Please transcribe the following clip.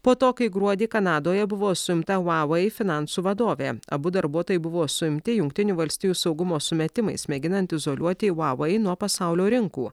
po to kai gruodį kanadoje buvo suimta vavai finansų vadovė abu darbuotojai buvo suimti jungtinių valstijų saugumo sumetimais mėginant izoliuoti vavai nuo pasaulio rinkų